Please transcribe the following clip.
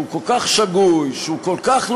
שהוא כל כך שגוי,